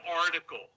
article